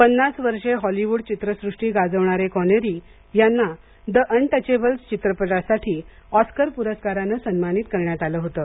पन्नास वर्षे हॉलीवूड चित्रसृष्टी गाजवणारे कोनेरी यांना द अनटचेबल्स चित्रपटासाठी ऑस्कर प्रस्काराने सन्मानित करण्यात आलं होतं